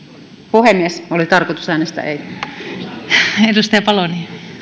puhemies oli tarkoitus äänestää ei